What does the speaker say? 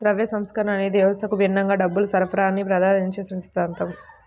ద్రవ్య సంస్కరణ అనేది వ్యవస్థకు భిన్నంగా డబ్బు సరఫరాని ప్రతిపాదించే సిద్ధాంతం